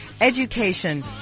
education